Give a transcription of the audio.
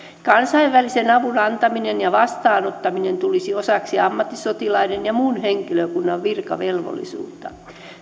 kansainvälisen avun antaminen ja vastaanottaminen tulisi osaksi ammattisotilaiden ja muun henkilökunnan virkavelvollisuutta